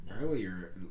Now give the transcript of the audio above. Earlier